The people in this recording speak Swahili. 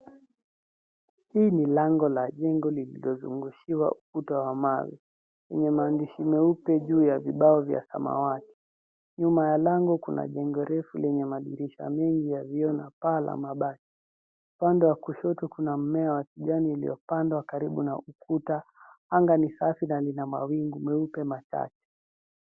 Hii ni lango la jengo lililozungushiwa ukuta wa mawe wenye maandishi meupe juu ya vibao vya samawati. Nyuma ya lango kuna jengo refu lenye madirisha mengi ya vioo na paa la mabati. Upande wa kushoto kuna mmea wa kijani uliopandwa karibu na ukuta. Anga ni safi na lina mawingu meupe masafi.